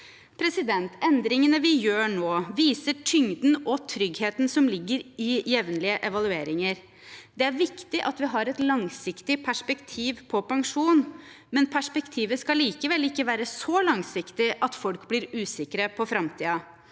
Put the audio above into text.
Endringene vi gjør nå, viser tyngden og tryggheten som ligger i jevnlige evalueringer. Det er viktig at vi har et langsiktig perspektiv på pensjon, men perspektivet skal likevel ikke være så langsiktig at folk blir usikre på framtiden.